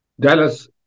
Dallas